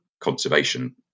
conservation